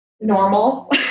normal